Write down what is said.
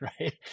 Right